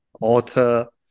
author